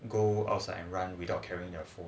go outside and run without carrying their phone